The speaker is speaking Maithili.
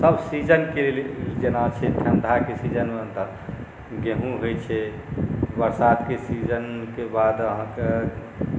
सब सीजनके जेना ठण्डाक सीजनमे गेहूँ होइ छै बरसातके सीजनके बाद अहाँके